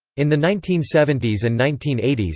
in the nineteen seventy s and nineteen eighty s,